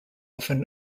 often